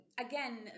again